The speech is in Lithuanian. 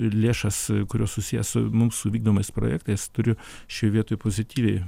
ir lėšas kurios susiję su mūsų vykdomais projektais turiu šioj vietoj pozityviai